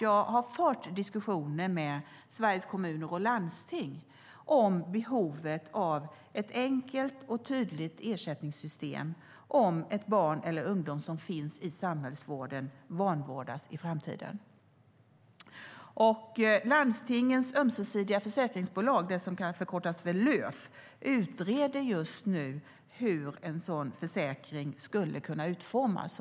Jag har fört diskussioner med Sveriges Kommuner och Landsting om behovet av ett enkelt och tydligt ersättningssystem om ett barn eller en ungdom som finns i samhällsvården vanvårdas i framtiden. Landstingens ömsesidiga försäkringsbolag, som kan förkortas Löf, utreder just nu hur en sådan försäkring skulle kunna utformas.